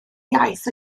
iaith